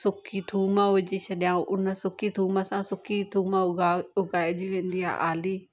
सुकी थूम विझी छॾिया उन सुकी थूम सां सुकी थूम उगा उगाइजी वेंदी आहे आली